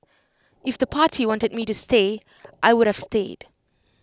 if the party wanted me to stay I would have stayed